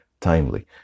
timely